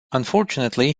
unfortunately